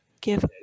give